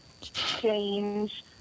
change